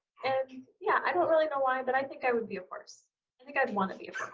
and yeah i don't really know why but i think i would be of course i think i'd want to be